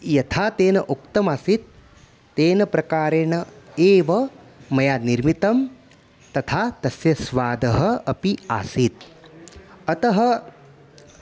यथा तेन उक्तमासीत् तेन प्रकारेण एव मया निर्मितं तथा तस्य स्वादः अपि आसीत् अतः